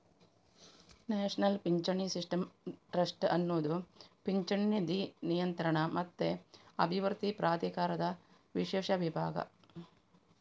national ಪಿಂಚಣಿ system trust ಅನ್ನುದು ಪಿಂಚಣಿ ನಿಧಿ ನಿಯಂತ್ರಣ ಮತ್ತೆ ಅಭಿವೃದ್ಧಿ ಪ್ರಾಧಿಕಾರದ ವಿಶೇಷ ವಿಭಾಗ